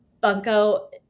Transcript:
Bunko